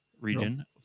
region